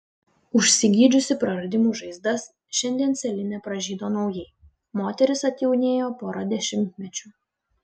užsigydžiusi praradimų žaizdas šiandien celine pražydo naujai moteris atjaunėjo pora dešimtmečių